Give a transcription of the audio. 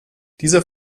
dieser